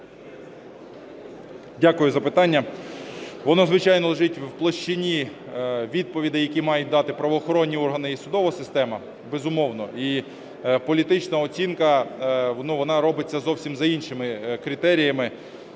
Дякую за запитання. Воно, звичайно, лежить в площині відповідей, які мають дати правоохоронні органи і судова система безумовно, і політична оцінка, вона робиться зовсім за іншими критеріями.